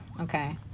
okay